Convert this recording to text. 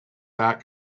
that